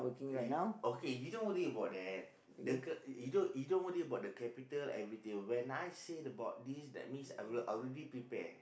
y~ okay you don't worry about that the c~ you don't you don't worry about the capital and everything when I say about this that means I already I already prepare